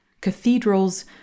Cathedrals